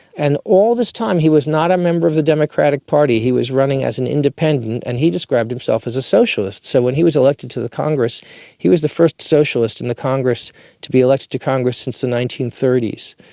and all this time he was not a member of the democratic party, he was running as an independent, and he described himself as a socialist. so when he was elected to the congress he was the first socialist and to be elected to congress since the nineteen thirty s.